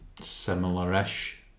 similar-ish